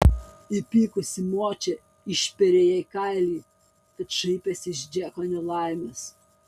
įpykusi močia išpėrė jai kailį kad šaipėsi iš džeko nelaimės